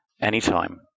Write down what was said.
anytime